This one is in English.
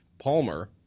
palmer